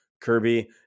Kirby